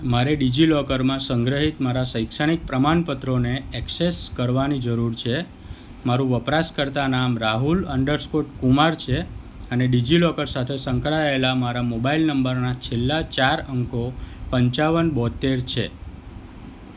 મારે ડિજિલોકરમાં સંગ્રહિત મારા શૈક્ષણિક પ્રમાણપત્રોને ઍક્સેસ કરવાની જરૂર છે મારું વપરાશકર્તા નામ રાહુલ અંડરસ્કોર કુમાર છે અને ડિજિલોકર સાથે સંકળાયેલા મારા મોબાઇલ નંબરના છેલ્લા ચાર અંકો પંચાવન બોત્તેર છે